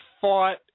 fought